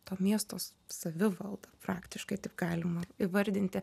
to miesto savivalda praktiškai taip galima įvardinti